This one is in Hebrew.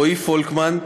רועי פולקמן,